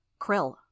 Krill